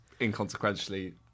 inconsequentially